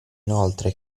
inoltre